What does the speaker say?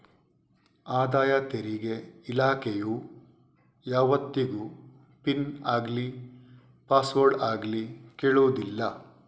ಆದಾಯ ತೆರಿಗೆ ಇಲಾಖೆಯು ಯಾವತ್ತಿಗೂ ಪಿನ್ ಆಗ್ಲಿ ಪಾಸ್ವರ್ಡ್ ಆಗ್ಲಿ ಕೇಳುದಿಲ್ಲ